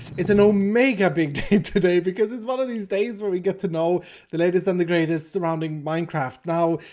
it's an omega big today because it's one of these days where we get to know the latest on the greatest surrounding minecraft. now,